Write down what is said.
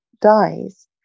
dies